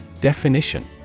Definition